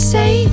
say